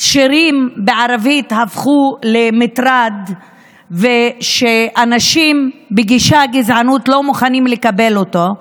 שירים בערבית הפכו למטרד שאנשים בגישה גזענית לא מוכנים לקבל אותו,